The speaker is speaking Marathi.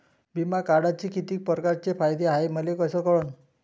बिमा काढाचे कितीक परकारचे फायदे हाय मले कस कळन?